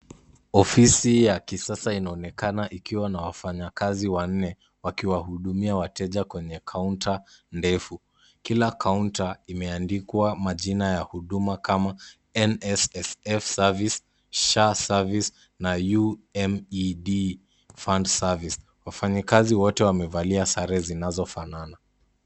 Ofisi ya kisasa inaonekana ikiwa na wafanyakazi wanne wakiwahudumia wateja kwenye kaunta ndefu. Kila kaunta imeandikwa majina ya huduma kama NSSF service , SHA service na UMED Fund Service. Wafanyikazi wote wamevalia sare zinazofanana.